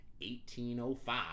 1805